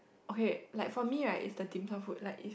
okay like for me right is the dim sum food like if